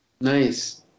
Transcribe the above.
Nice